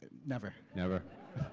never? never.